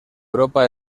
europa